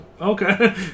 Okay